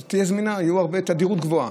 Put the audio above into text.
זמינה, בתדירות גבוהה.